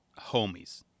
homies